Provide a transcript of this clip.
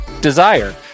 Desire